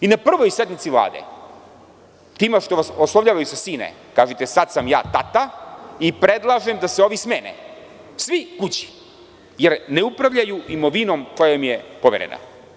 I na prvoj sednici Vlade, tima što vas oslovljavaju sa sine, kažite sad sam ja tata i predlažem da se ovi smene, svi kući jer, neupravljaju imovinom koja im je poverena.